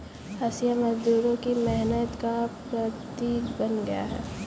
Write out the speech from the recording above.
हँसिया मजदूरों की मेहनत का प्रतीक बन गया है